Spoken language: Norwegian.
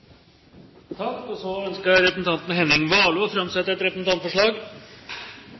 Representanten Henning Warloe ønsker å framsette et representantforslag.